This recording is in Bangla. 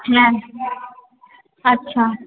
হ্যাঁ আচ্ছা